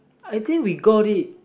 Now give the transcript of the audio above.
I think we got it